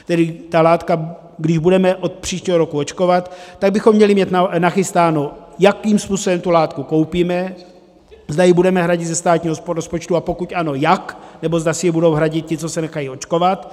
Tedy když budeme od příštího roku očkovat, tak bychom měli mít nachystáno, jakým způsobem tu látku koupíme, zda ji budeme hradit ze státního rozpočtu, pokud ano, jak, nebo zda si ji budou hradit ti, co se nechají očkovat.